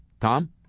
Tom